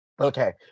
Okay